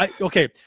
Okay